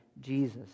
Jesus